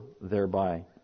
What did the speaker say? thereby